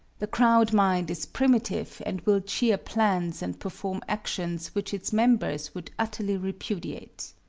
the crowd-mind is primitive and will cheer plans and perform actions which its members would utterly repudiate.